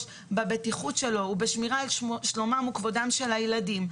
בבטיחות שלו ובשמירה על שלומם וכבודם של הילדים.